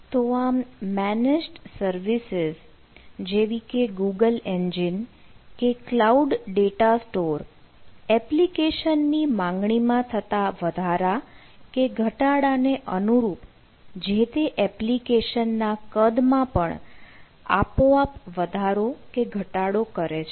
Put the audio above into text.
તો આમ managed services જેવીકે ગૂગલ એન્જિન કે કલાઉડ ડેટા સ્ટોર એપ્લિકેશનની માંગણીમાં થતા વધારા કે ઘટાડા ને અનુરૂપ જે તે એપ્લિકેશનના કદમાં પણ આપોઆપ વધારો કે ઘટાડો કરે છે